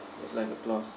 there's like a clause